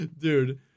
Dude